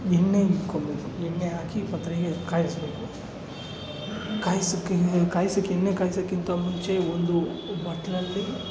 ಎಣ್ಣೆ ಇಟ್ಕೊಳ್ಬೇಕು ಎಣ್ಣೆ ಹಾಕಿ ಪಾತ್ರೆಗೆ ಕಾಯಿಸಬೇಕು ಕಾಯಿಸೋಕ್ಕೆ ಕಾಯಿಸೋಕ್ಕೆ ಎಣ್ಣೆ ಕಾಯಿಸೋಕ್ಕಿಂತ ಮುಂಚೆ ಒಂದು ಬಟ್ಟಲಲ್ಲಿ